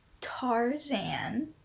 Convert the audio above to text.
Tarzan